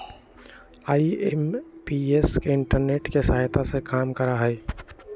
IMPS internet के सहायता से काम करा हई